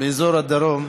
באזור הדרום.